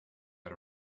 out